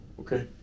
okay